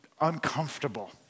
uncomfortable